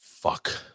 Fuck